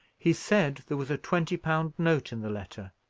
he said there was a twenty-pound note in the letter,